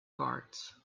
guards